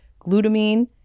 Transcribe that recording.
glutamine